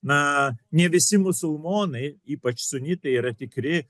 na ne visi musulmonai ypač sunitai yra tikri